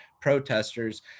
protesters